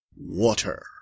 Water